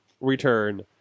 return